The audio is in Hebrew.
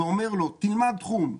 ואומר לו: תלמד תחום,